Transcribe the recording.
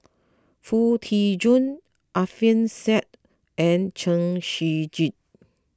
Foo Tee Jun Alfian Sa'At and Chen Shiji